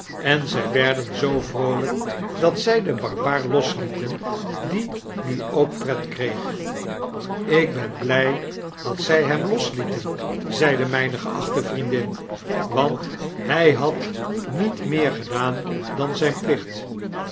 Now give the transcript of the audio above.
en zy werden zoo vroolyk dat zy den barbaar loslieten die nu ook pret kreeg lk ben big dat zij hem loslieten zeide myne geachte vriendin want hy had niet meer gedaan dan zyn plicht